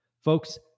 Folks